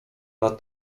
nad